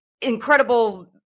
incredible